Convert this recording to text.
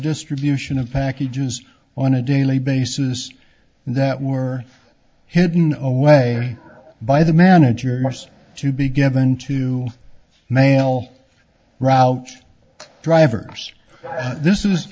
distribution of packages on a daily basis that were hidden away by the manager must to be given to mail route drivers this is